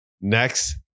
Next